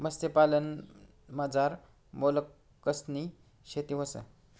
मत्स्यपालनमझार मोलस्कनी शेती व्हस